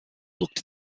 looked